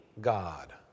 God